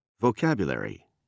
Vocabulary